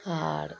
আর